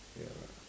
ya lah